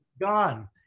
Gone